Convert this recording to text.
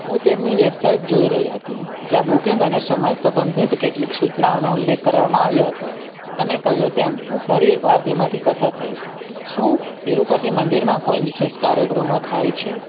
હું તેમની વેબસાઇટ જોઈ રહી હતી જ્યાં બુકિંગ અને સમય સંબંધિત કેટલીક સૂચનાઓનો ઉલ્લેખ કરાવામાં આવ્યો હતો તમે કહ્યું તેમ હું ફરી એકવાર તેમાંથી પસાર થઈશ શું તિરુપતિ મંદિરમાં કોઈ વિશેષ કાર્યક્રમો થાય છે